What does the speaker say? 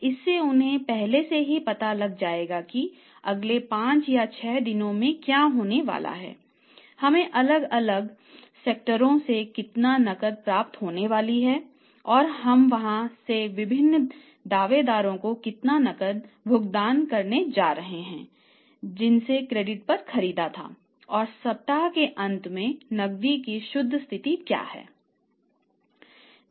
इससे उन्हें पहले से पता लग जाएगा कि अगले 5 या 6 दिनों में क्या होने वाला है हमें अलग अलग क्वार्टरों से कितनी नकदी प्राप्त होने वाली है और हम वहां से विभिन्न दावेदारों को कितना नकद भुगतान करने जा रहे हैं जिनसे क्रेडिट पर खरीदा था और सप्ताह के अंत में नकदी की शुद्ध स्थिति क्या है